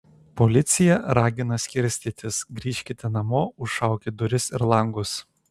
policija ragina skirstytis grįžkite namo užšaukit duris ir langus